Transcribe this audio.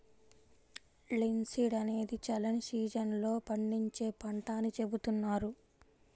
linseed అనేది చల్లని season లో పండించే పంట అని చెబుతున్నారు